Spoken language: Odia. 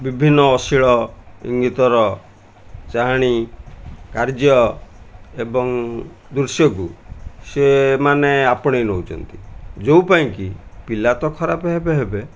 ବିଭିନ୍ନ ଅଶ୍ଳୀଳ ଇଙ୍ଗିତର ଚାହାଣି କାର୍ଯ୍ୟ ଏବଂ ଦୃଶ୍ୟକୁ ସେମାନେ ଆପଣାଇ ନେଉଛନ୍ତି ଯେଉଁ ପାଇଁକି ପିଲା ତ ଖରାପ ହେବେ ହେବେ